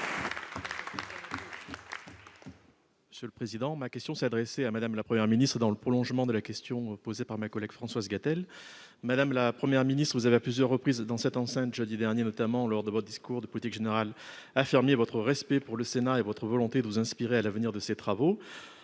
Républicains. Ma question s'adresse à Mme la Première ministre, dans le prolongement de la question posée par ma collègue François Gatel. Madame la Première ministre, vous avez à plusieurs reprises, et notamment dans cette enceinte, mercredi dernier, lors de votre discours de politique générale, affirmé votre respect pour le Sénat et votre volonté de vous inspirer à l'avenir de ses travaux.